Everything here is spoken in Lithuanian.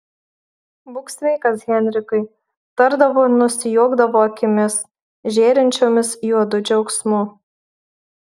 būk sveikas henrikai tardavo ir nusijuokdavo akimis žėrinčiomis juodu džiaugsmu